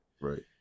Right